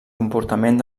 comportament